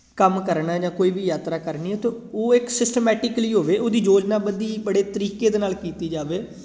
ਕੰਮ ਕਰਨਾ ਜਾਂ ਕੋਈ ਵੀ ਯਾਤਰਾ ਕਰਨੀ ਅਤੇ ਉਹ ਇੱਕ ਸਿਸਟਮੈਟਿਕਲੀ ਹੋਵੇ ਉਹਦੀ ਯੋਜਨਾ ਬੰਦੀ ਬੜੇ ਤਰੀਕੇ ਦੇ ਨਾਲ ਕੀਤੀ ਜਾਵੇ